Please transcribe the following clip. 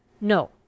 No